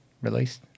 released